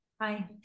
Hi